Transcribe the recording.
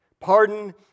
Pardon